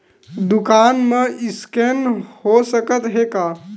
दुकान मा स्कैन हो सकत हे का?